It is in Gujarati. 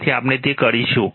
તેથી આપણે તે કરીશું